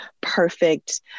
perfect